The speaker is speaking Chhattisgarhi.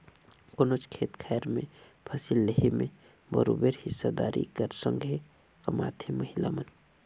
कोनोच खेत खाएर में फसिल लेहे में बरोबेर हिस्सादारी कर संघे कमाथें महिला मन